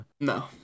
No